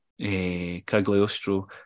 Cagliostro